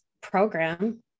program